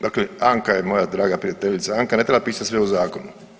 Dakle Anka je moja draga prijateljica, Anka, ne treba pisati sve u zakonu.